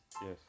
Yes